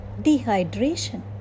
dehydration